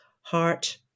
heart